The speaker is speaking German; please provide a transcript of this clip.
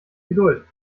geduld